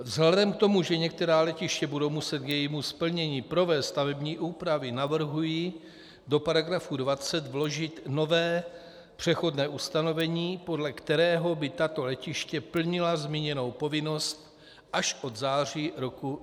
Vzhledem k tomu, že některá letiště budou muset k jejímu splnění provést stavební úpravy, navrhuji do § 20 vložit nové přechodné ustanovení, podle kterého by tato letiště plnila zmíněnou povinnost až od září roku 2018.